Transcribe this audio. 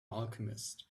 alchemist